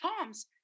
Toms